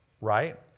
Right